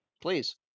Please